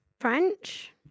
French